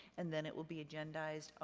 and then it will be agendized,